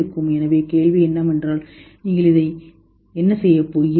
எனவே கேள்வி என்னவென்றால் நீங்கள் இதை என்ன செய்யப் போகிறீர்கள்